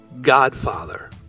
godfather